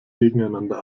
gegeneinander